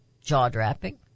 jaw-dropping